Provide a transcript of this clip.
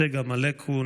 צגה מלקו,